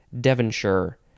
Devonshire